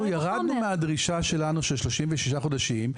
לארבע.ירדנו מהדרישה של 36 חודשים.